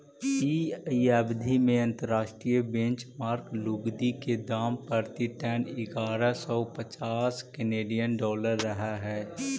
इ अवधि में अंतर्राष्ट्रीय बेंचमार्क लुगदी के दाम प्रति टन इग्यारह सौ पच्चास केनेडियन डॉलर रहऽ हई